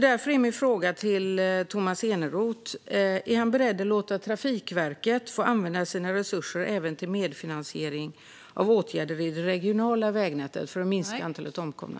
Därför är min fråga till Tomas Eneroth: Är han beredd att låta Trafikverket få använda sina resurser även till medfinansiering av åtgärder i det regionala vägnätet för att minska antalet omkomna?